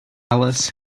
alice